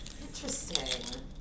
Interesting